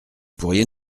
pourriez